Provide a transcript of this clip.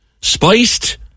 spiced